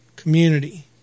community